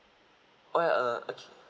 oh ya uh okay